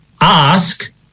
ask